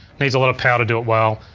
needs a lot of power to do it well.